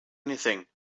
anything